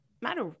matter